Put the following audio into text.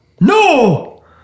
No